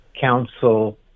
council